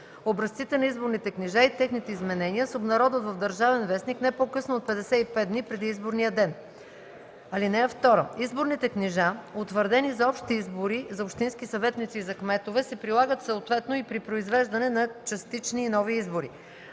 Образците на изборните книжа и техните изменения се обнародват в „Държавен вестник” не по-късно от 55 дни преди изборния ден. (2) Изборните книжа, утвърдени за общи избори за общински съветници и за кметове, се прилагат съответно и при произвеждане на частични и нови избори.